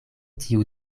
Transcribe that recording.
tiu